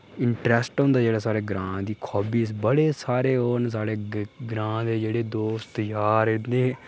interest होंदा जेह्ड़ा साढ़े ग्रांऽ दी खूबी बड़े सारे ओह् न साढ़े ग्रांऽ दे जेह्ड़े दोस्त यार इन्ने